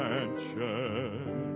Mansion